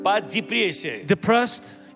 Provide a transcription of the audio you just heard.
depressed